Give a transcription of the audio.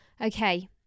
okay